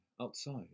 outside